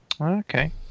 Okay